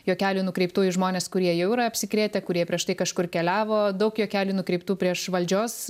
juokelių nukreiptų į žmones kurie jau yra apsikrėtę kurie prieš tai kažkur keliavo daug juokelių nukreiptų prieš valdžios